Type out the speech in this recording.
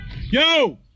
Yo